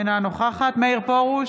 אינה נוכחת מאיר פרוש,